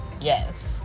Yes